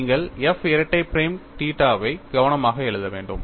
நீங்கள் f இரட்டை prime theta வை கவனமாக எழுத வேண்டும்